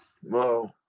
whoa